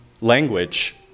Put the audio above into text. language